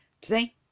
Today